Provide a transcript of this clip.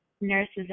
nurses